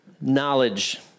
knowledge